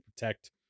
protect